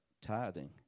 tithing